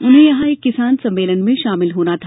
उन्हें यहां एक किसान सम्मेलन में शामिल होना था